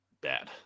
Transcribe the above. bad